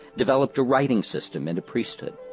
developed a writing system and a priesthood.